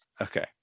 Okay